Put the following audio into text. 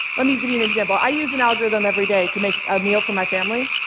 let me give you an example. i use an algorithm every day to make a meal for my family.